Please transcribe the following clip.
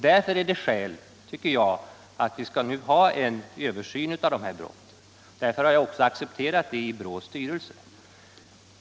Därför är det skäl, tycker jag, att nu ha en översyn av dessa brott, och därför har jag också accepterat det i BRÅ:s styrelse.